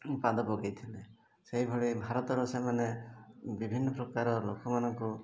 ପାଦ ପକେଇଥିଲେ ସେହିଭଳି ଭାରତର ସେମାନେ ବିଭିନ୍ନ ପ୍ରକାର ଲୋକମାନଙ୍କୁ